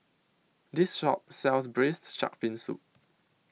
This Shop sells Braised Shark Fin Soup